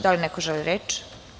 Da li neko želi reč?